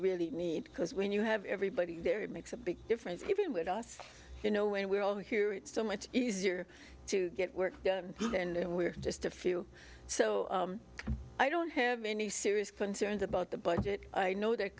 really need because when you have everybody there it makes a big difference even with us you know when we're all here it's so much easier to get work done and we're just a few so i don't have any serious concerns about the budget i know th